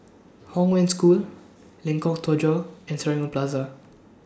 Hong Wen School Lengkok Tujoh and Serangoon Plaza